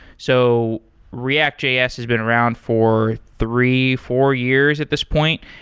so react js has been around for three, four years at this point,